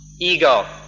ego